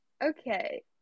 Okay